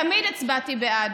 תמיד הצבעתי בעד.